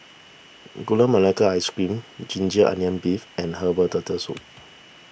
Gula Melaka Ice Cream Ginger Onions Beef and Herbal Turtle Soup